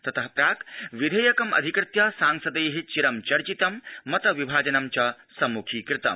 ततः पूर्वं विधेयकमधिकृत्य सांसदैः चिरं चर्चितं मत विभाजनं च संमुखीकृतम्